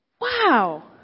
Wow